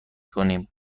کنیم